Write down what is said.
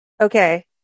okay